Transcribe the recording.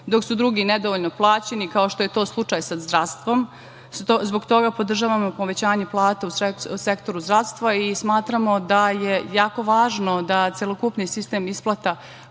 dok su drugi nedovoljno plaćeni, kao što je to slučaj sa zdravstvom. Zbog toga podržavamo povećanje plata u sektoru zdravstva i smatramo da je jako važno da celokupni sistem isplata